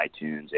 iTunes